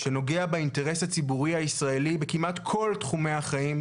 שנוגע באינטרס הציבורי הישראלי כמעט בכל תחומי החיים,